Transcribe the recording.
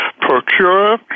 procure